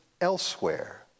elsewhere